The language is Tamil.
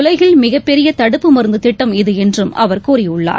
உலகில் மிகப்பெரிய தடுப்பு மருந்து திட்டம் இது என்றும் அவர் கூறியுள்ளார்